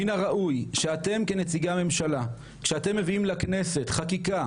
מין הראוי שאתם כנציגי הממשלה כשאתם מביאים לכנסת חקיקה